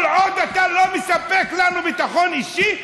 כל עוד אתה לא מספק לנו ביטחון אישי,